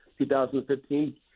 2015